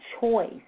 choice